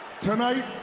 Tonight